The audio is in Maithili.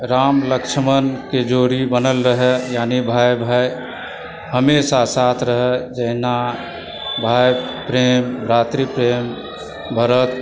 राम लक्ष्मणके जोड़ी बनल रहय यानि भाय भाय हमेशा साथ रहय जहिना भाई प्रेम भ्रातृ प्रेम भरत